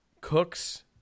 Cooks